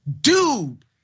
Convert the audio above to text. Dude